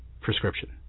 prescription